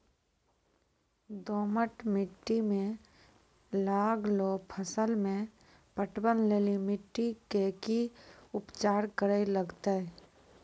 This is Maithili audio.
दोमट मिट्टी मे लागलो फसल मे पटवन लेली मिट्टी के की उपचार करे लगते?